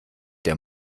der